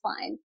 fine